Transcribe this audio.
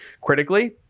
critically